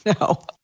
no